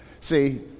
See